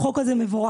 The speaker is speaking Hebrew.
החוק הזה מבורך,